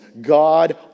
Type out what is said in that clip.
God